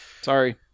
sorry